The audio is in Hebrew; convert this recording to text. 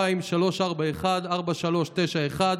052-3414391,